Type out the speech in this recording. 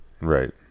Right